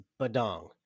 badong